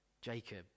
Jacob